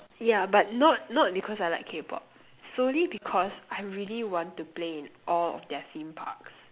yeah but not not because I like K-pop solely because I really want to play in all of their theme parks